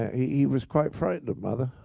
he was quite frightened of mother.